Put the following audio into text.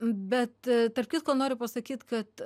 bet tarp kitko noriu pasakyt kad